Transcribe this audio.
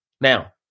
Now